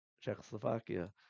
Czechoslovakia